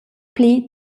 pli